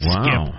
Wow